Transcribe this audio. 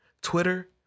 Twitter